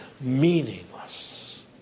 Meaningless